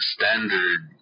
Standard